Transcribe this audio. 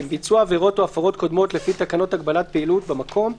(2) ביצוע עבירות או הפרות קודמות לפי תקנות הגבת פעילות במקום,